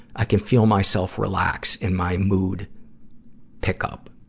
i could feel myself relax and my mood pick up.